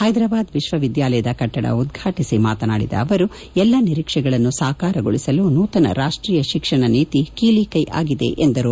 ಹೈದ್ರಾಬಾದ್ ವಿಶ್ವವಿದ್ಯಾಲಯದ ಕಟ್ಟಡ ಉದ್ಘಾಟಿಸಿ ಮಾತನಾಡಿದ ಅವರು ಎಲ್ಲ ನಿರೀಕ್ಷೆಗಳನ್ನು ಸಕಾರಗೊಳಿಸಲು ನೂತನ ರಾಷ್ಟೀಯ ಶಿಕ್ಷಣ ನೀತಿ ಕೀಲಿ ಕ್ಷೆ ಆಗಿದೆ ಎಂದರು